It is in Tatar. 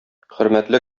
хөрмәтле